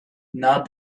not